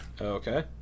Okay